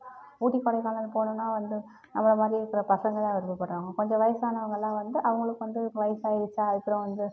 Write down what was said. ஊட்டி கொடைக்கானல் போகணுன்னா வந்து நம்பளமாதிரி இருக்கிற பசங்களாம் விருப்பப்படுறாங்க கொஞ்சம் வயசானவங்களாம் வந்து அவங்களுக்கு வந்து வயசாயிடுச்சா அப்புறம் வந்து